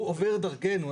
הוא עובר דרכנו.